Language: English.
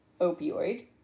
opioid